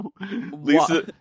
Lisa